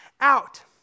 out